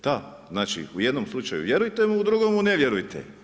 Da, znači, u jednom slučaju vjerujte mu, u drugom mu ne vjerujte.